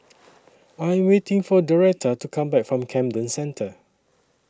I Am waiting For Doretta to Come Back from Camden Centre